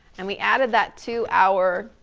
and we added that to our,